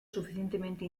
suficientemente